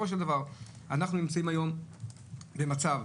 יתלה את זה במודעה בעיתון?